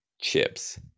chips